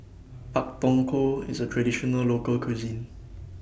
Pak Thong Ko IS A Traditional Local Cuisine